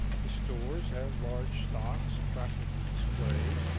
the stores have large stocks attractively displayed,